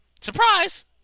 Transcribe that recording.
Surprise